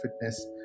fitness